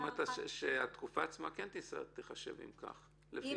זאת אומרת התקופה עצמה כן תיחשב, אם כך, לפי זה.